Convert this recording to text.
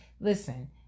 Listen